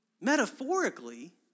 metaphorically